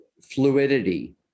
fluidity